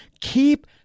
Keep